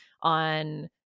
on